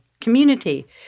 Community